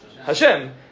Hashem